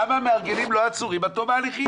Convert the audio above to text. למה המארגנים לא עצורים עד תום ההליכים?